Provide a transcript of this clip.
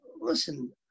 listen